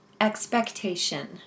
expectation